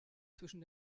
zwischen